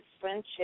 friendship